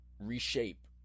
reshape